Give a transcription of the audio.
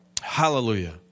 Hallelujah